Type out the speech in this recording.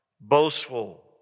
boastful